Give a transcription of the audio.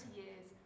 years